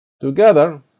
Together